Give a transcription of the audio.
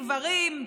גברים,